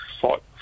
thought